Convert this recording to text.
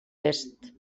est